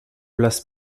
place